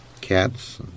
Cats